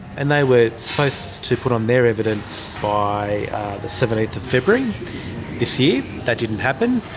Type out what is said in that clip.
and they were supposed to put on their evidence by the seventeenth of february this year, that didn't happen.